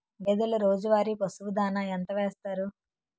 గేదెల రోజువారి పశువు దాణాఎంత వేస్తారు?